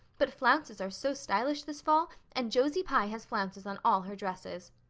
but flounces are so stylish this fall and josie pye has flounces on all her dresses.